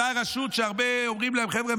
אותה רשות שהרבה אומרים להם: חבר'ה,